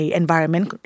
environment